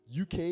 UK